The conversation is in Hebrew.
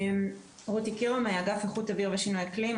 אני מאגף איכות אוויר ושינוי אקלים,